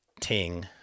ting